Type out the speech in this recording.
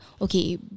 okay